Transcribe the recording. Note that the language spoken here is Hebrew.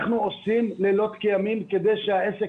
אנחנו עושים לילות כימים כדי שהעסק